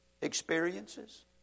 experiences